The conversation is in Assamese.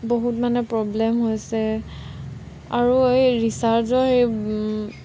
বহুত মানে প্ৰব্লেম হৈছে আৰু এই ৰিচাৰ্জৰ সেই